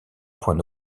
point